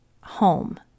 home